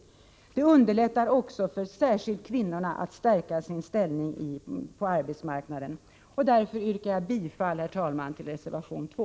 Speciellt underlättar det för kvinnorna att stärka sin ställning på arbetsmarknaden. Herr talman! Jag yrkar därför bifall till reservation 2.